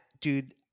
Dude